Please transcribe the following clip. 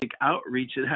outreach